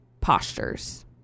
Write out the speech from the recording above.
postures